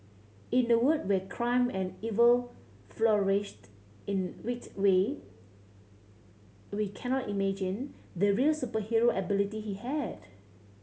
in a world where crime and evil flourished in wicked way we cannot imagine the real superhero ability he had